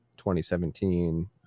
2017